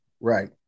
Right